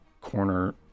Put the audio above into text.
corner